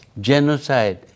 genocide